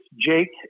Jake